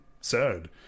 sad